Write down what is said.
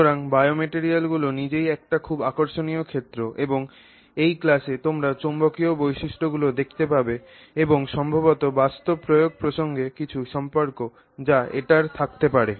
সুতরাং বায়োমেটেরিয়ালগুলি নিজেই একটি খুব আকর্ষণীয় ক্ষেত্র এবং এই ক্লাসে আমরা চৌম্বকীয় বৈশিষ্ট্যগুলি দেখতে পাব এবং সম্ভবত বাস্তব প্রয়োগ প্রসঙ্গে কিছু সম্পর্ক যা এটার থাকতে পারে